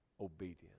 obedience